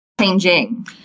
changing